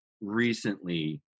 recently